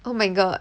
oh my god